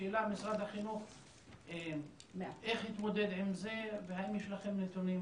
השאלה איך התמודד עם זה משרד החינוך והאם יש לכם נתונים